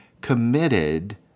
committed